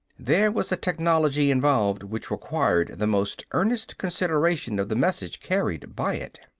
there was a technology involved which required the most earnest consideration of the message carried by it.